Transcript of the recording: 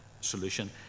solution